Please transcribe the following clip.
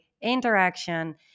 interaction